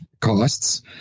costs